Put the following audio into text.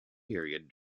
period